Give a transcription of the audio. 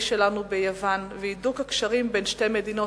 שלנו ביוון והידוק הקשרים בין שתי המדינות.